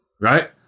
right